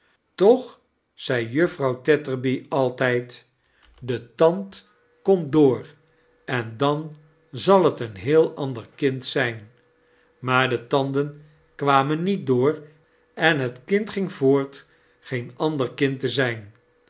toch zei juffrouw tetterby altijd de tand kerstvertellingen komt door en dan zal het eein heel ander kind zijn maar de tanden kwamen niet door en het kind-ging voort geen ander kind te zijn